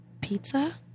pizza